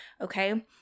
okay